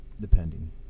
Depending